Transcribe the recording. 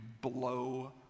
blow